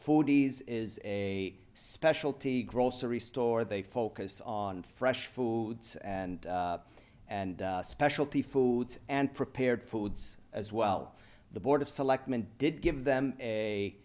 foodies is a specialty grocery store they focus on fresh foods and and specialty foods and prepared foods as well the board of selectmen did give them a